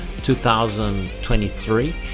2023